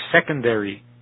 secondary